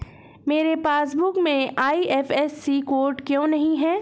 मेरे पासबुक में IFSC code क्यो नहीं है?